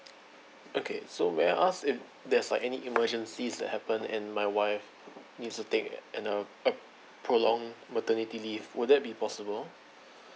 okay so may I ask if there's like any emergencies that happen and my wife needs to take another prolonged maternity leave would that be possible